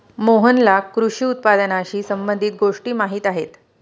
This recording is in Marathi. मोहनला कृषी उत्पादनाशी संबंधित गोष्टी माहीत आहेत